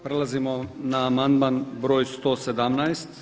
Prelazimo na amandman br. 117.